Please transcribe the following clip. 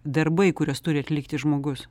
darbai kuriuos turi atlikti žmogus